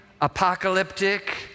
apocalyptic